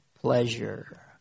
pleasure